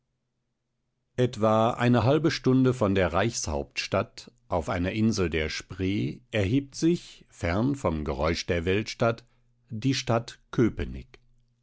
etwa eine halbe stunde von der reichshauptstadt auf einer insel der spree erhebt sich fern vom geräusch der weltstadt die stadt köpenick